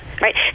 right